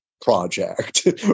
project